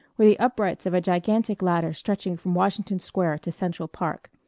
were the uprights of a gigantic ladder stretching from washington square to central park.